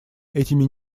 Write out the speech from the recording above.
этими